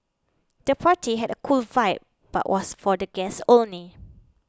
the party had a cool vibe but was for the guests only